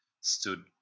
stood